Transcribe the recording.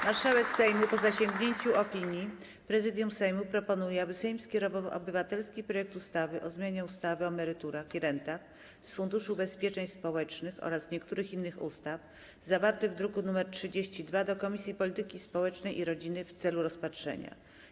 Marszałek Sejmu, po zasięgnięciu opinii Prezydium Sejmu, proponuje, aby Sejm skierował obywatelski projekt ustawy o zmianie ustawy o emeryturach i rentach z Funduszu Ubezpieczeń Społecznych oraz niektórych innych ustaw, zawarty w druku nr 32, do Komisji Polityki Społecznej i Rodziny w celu rozpatrzenia.